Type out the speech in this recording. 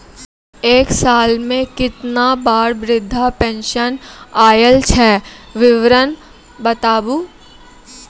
एक साल मे केतना बार वृद्धा पेंशन आयल छै विवरन बताबू?